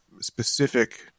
specific